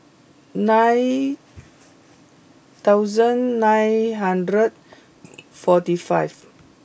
nine thousand nine hundred forty five